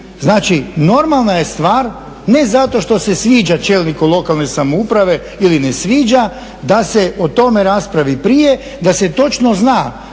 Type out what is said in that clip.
Znači, normalna je stvar, ne zato što se sviđa čelniku lokalne samouprave ili ne sviđa da se o tome raspravi prije, da se točno zna